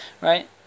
right